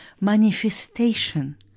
Manifestation